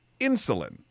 insulin